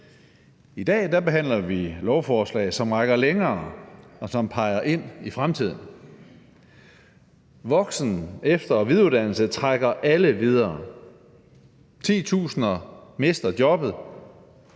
I dag behandler vi lovforslag, som rækker længere, og som peger ind i fremtiden. Voksen-, efter- og videreuddannelse trækker alle videre. Titusinder mister jobbet,